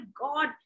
God